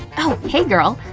oh hey, girl!